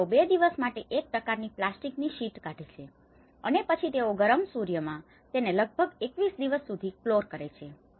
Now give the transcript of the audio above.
તો તેઓ બે દિવસ માટે એક પ્રકારની પ્લાસ્ટિકની શીટ ઢાંકે છે અને પછી તેઓ ગરમ સૂર્યમાં તેને લગભગ 21 દિવસ સુધી ક્યોર કરે છે